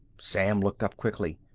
sam looked up quickly.